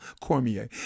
Cormier